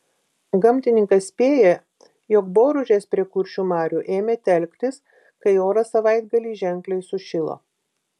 gamtininkas spėja jog boružės prie kuršių marių ėmė telktis kai oras savaitgalį ženkliai sušilo